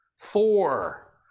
Thor